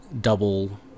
double